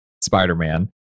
Spider-Man